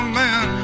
man